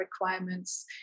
requirements